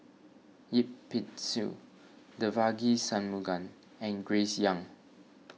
Yip Pin Xiu Devagi Sanmugam and Grace Young